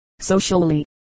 socially